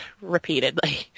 Repeatedly